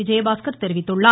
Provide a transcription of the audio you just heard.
விஜயபாஸ்கர் தெரிவித்துள்ளார்